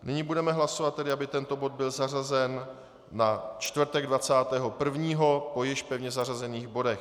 Nyní budeme hlasovat tedy, aby tento bod byl zařazen na čtvrtek 21. po již pevně zařazených bodech.